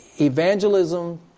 evangelism